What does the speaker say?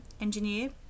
engineer